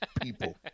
people